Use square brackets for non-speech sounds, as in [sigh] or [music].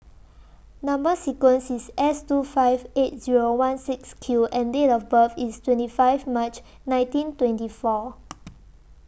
Number sequence IS S two five eight Zero one six Q and Date of birth IS twenty five March nineteen twenty four [noise]